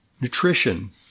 nutrition